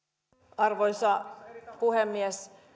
arvoisa puhemies